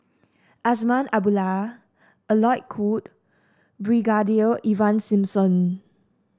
Azman Abdullah Alec Kuok Brigadier Ivan Simson